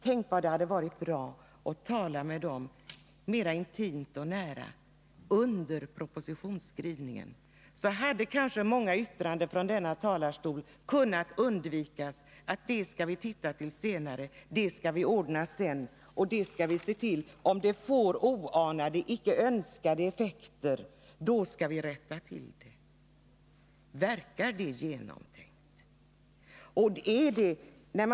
Tänk vad det hade varit bra om ni talat med riksförsäkringsverket mera intimt och nära under propositionsskrivningen! Då hade kanske många yttranden från denna talarstol kunnat undvikas, nämligen yttranden av typen att det skall vi titta på senare och det skall vi ordna sedan om det får oanade och icke önskade effekter. Verkar det genomtänkt?